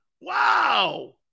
Wow